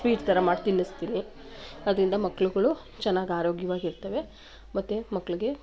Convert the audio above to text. sweet ಥರ ಮಾಡಿ ತಿನ್ನಿಸ್ತೀನಿ ಅದರಿಂದ ಮಕ್ಕಳುಗಳು ಚೆನ್ನಾಗಿ ಆರೋಗ್ಯವಾಗಿರ್ತವೆ ಮತ್ತು ಮಕ್ಕಳಿಗೆ